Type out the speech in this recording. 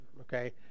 Okay